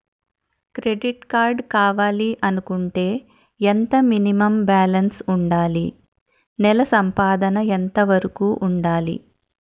Credit card కావాలి అనుకుంటే ఎంత మినిమం బాలన్స్ వుందాలి? నెల సంపాదన ఎంతవరకు వుండాలి?